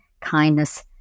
kindness